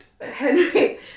Henry